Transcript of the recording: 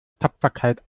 tapferkeit